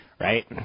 Right